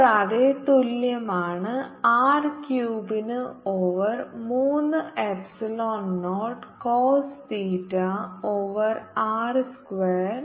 കൂടാതെ തുല്യമാണ് R ക്യൂബിന് ഓവർ മൂന്ന് epsilon naught cos theta over R square